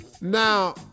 Now